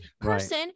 person